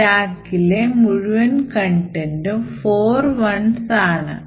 stackലെ മുഴുവൻ content ഉം 41's ആണ്